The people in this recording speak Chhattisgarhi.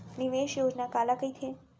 निवेश योजना काला कहिथे?